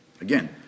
Again